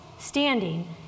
standing